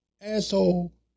asshole